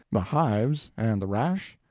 the hives, and the rash?